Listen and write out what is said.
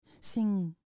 sing